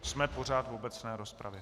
Jsme pořád v obecné rozpravě.